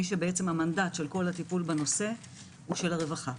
המנדט של כל הטיפול בנושא הוא של הרווחה.